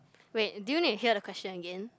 wait do you need to hear the question again